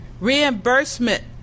Reimbursement